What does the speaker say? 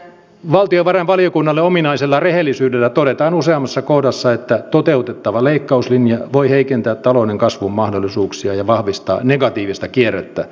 valtiovarainvaliokunnalle ominaisella rehellisyydellä todetaan useammassa kohdassa että toteutettava leikkauslinja voi heikentää talouden kasvumahdollisuuksia ja vahvistaa negatiivista kierrettä